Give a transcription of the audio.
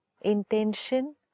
intention